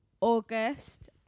August